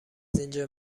اینجا